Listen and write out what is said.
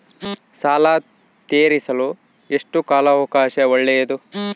ಸಾಲ ತೇರಿಸಲು ಎಷ್ಟು ಕಾಲ ಅವಕಾಶ ಒಳ್ಳೆಯದು?